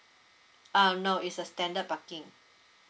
um no is a standard parking